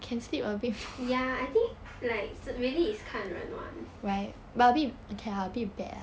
ya I think like really is 看人 [one]